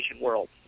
world